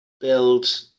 Build